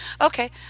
okay